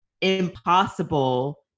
impossible